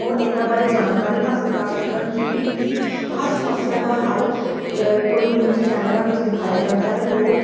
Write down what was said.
ਉਹ ਇਹਨਾਂ ਬਾਰੇ ਜਾਣਕਾਰੀ ਹਾਸਲ ਕਰ ਸਕਣ ਜਿਵੇਂ ਕਿ ਹਰ ਸਮੱਸਿਆ ਦਾ ਹੱਲ ਕੋਈ ਨਿਊਜ਼ ਚੈਨਲਾਂ ਵਿੱਚ ਦਿਖਾਇਆ ਜਾਂਦਾ ਹੈ ਲੋਕ